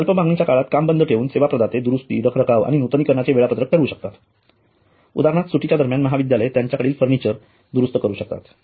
अल्प मागणीच्या काळात कामबंद ठेवून सेवा प्रदाते दुरुस्ती रखरखाव आणि नूतनीकरणाचे वेळापत्रक ठरवू शकतात उदाहरणार्थ सुट्टीच्या दरम्यान महाविद्यालय त्यांच्याकडील फर्निचर दुरुस्त करू शकतात